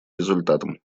результатам